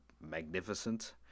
magnificent